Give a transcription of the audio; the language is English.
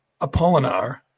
Apollinar